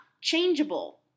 changeable